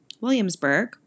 Williamsburg